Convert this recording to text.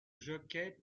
jockey